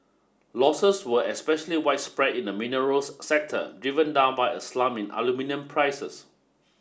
losses were especially widespread in the minerals sector given down by a slump in aluminium prices